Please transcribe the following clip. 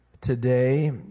Today